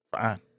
Fine